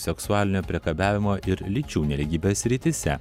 seksualinio priekabiavimo ir lyčių nelygybės srityse